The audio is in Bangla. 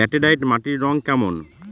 ল্যাটেরাইট মাটির রং কেমন?